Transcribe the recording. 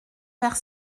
vers